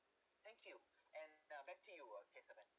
thank you and uh back to you uh kesavan